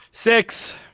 Six